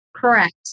Correct